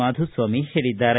ಮಾಧುಸ್ವಾಮಿ ಹೇಳಿದ್ದಾರೆ